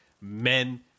men